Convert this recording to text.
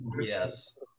yes